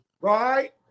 Right